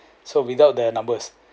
so without the numbers